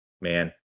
Man